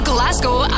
Glasgow